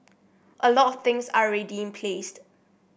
a lot things are already in place